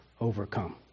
overcome